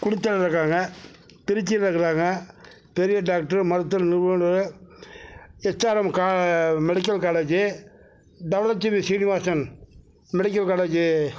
குளித்தலையில் இருக்காங்க திருச்சியில் இருக்கிறாங்க பெரிய டாக்ட்ரு மருத்துவ நிபுணர் ஹச்ஆர்எம் மெடிக்கல் காலேஜ்ஜு டவுளத்துார் ஸ்ரீநிவாசன் மெடிக்கல் காலேஜ்ஜு